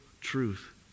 truth